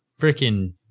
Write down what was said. freaking